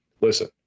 listen